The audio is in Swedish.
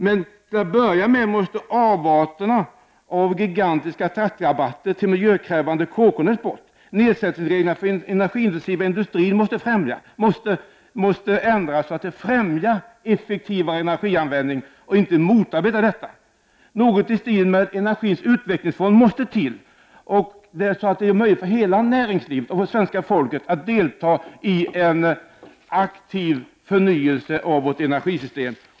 Till att börja med måste dock avarter som gigantiska skatterabatter till miljökrävande kolkondens bort, och nedsättningsreglerna för den energiintensiva industrin måste ändras så att de främjar en effektivare energianvändning och inte motarbetar en sådan. Något i stil med energins utvecklingsfond måste till för att det skall bli möjligt för hela näringslivet och för svenska folket att delta i en aktiv förnyelse av vårt energisystem.